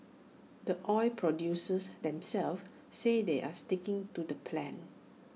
the oil producers themselves say they're sticking to the plan